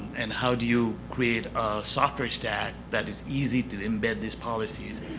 and how do you create a software stack that is easy to embed these policies,